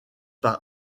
par